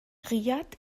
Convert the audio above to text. riad